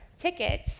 tickets